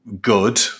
good